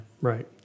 right